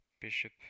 bishop